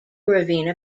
ravenna